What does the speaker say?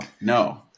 no